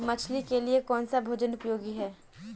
मछली के लिए कौन सा भोजन उपयोगी है?